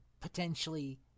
potentially